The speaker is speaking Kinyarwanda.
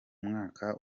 mwaka